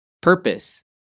purpose